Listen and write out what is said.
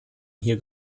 hier